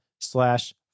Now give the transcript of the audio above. slash